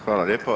Hvala lijepo.